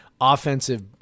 offensive